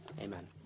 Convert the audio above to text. Amen